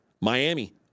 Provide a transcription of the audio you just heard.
Miami